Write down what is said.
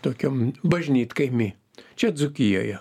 tokiam bažnytkaimy čia dzūkijoje